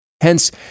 Hence